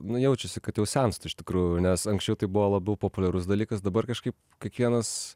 nu jaučiasi kad jau senstu iš tikrųjų nes anksčiau tai buvo labiau populiarus dalykas dabar kažkaip kiekvienas